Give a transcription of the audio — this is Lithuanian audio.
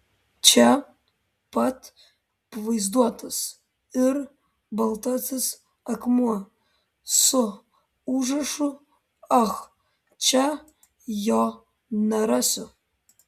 čia pat pavaizduotas ir baltasis akmuo su užrašu ach čia jo nerasiu